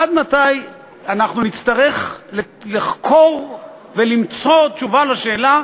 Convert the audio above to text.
עד מתי אנחנו נצטרך לחקור ולמצוא תשובה על השאלה,